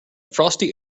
frosty